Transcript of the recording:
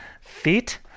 feet